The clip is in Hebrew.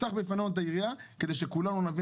תפתח בפנינו את היריעה כדי שכולנו נבין